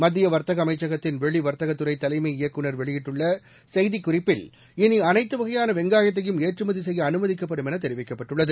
மத்திய வர்த்தக அமைச்சகத்தின் வெளி வர்த்தக்துறை தலைமை இயக்குநர் வெளியிட்டுள்ள செய்திக்குறிப்பில் இனி அனைத்து வகையான வெங்காயத்தையும் ஏற்றுமதி செய்ய அனுமதிக்கப்படும் என தெரிவிக்கப்பட்டுள்ளது